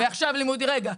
רגע.